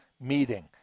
meeting